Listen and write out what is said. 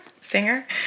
singer